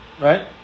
right